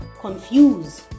confused